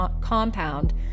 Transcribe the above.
compound